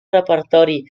repertori